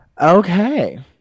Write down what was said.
okay